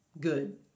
good